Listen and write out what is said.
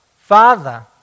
Father